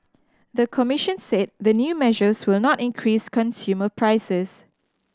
the commission said the new measures will not increase consumer prices